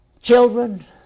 Children